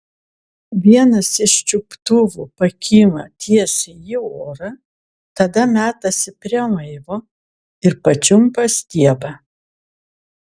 vienas iš čiuptuvų pakyla tiesiai į orą tada metasi prie laivo ir pačiumpa stiebą